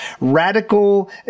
radical